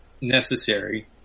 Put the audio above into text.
necessary